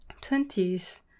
twenties